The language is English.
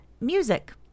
music